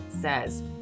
says